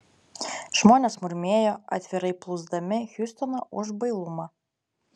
žmonės murmėjo atvirai plūsdami hiustoną už bailumą